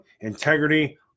integrity